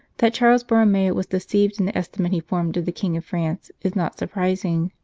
that charles borromeo was deceived in the estimate he formed of the king of france is not surprising.